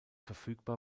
verfügbar